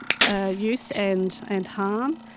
ah use and and harm,